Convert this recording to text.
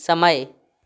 समय